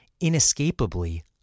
inescapably